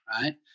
right